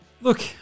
look